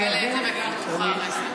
אבל כל הסיפור פה,